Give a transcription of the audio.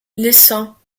laissant